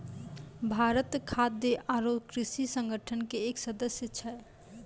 भारत खाद्य आरो कृषि संगठन के एक सदस्य छै